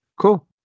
Cool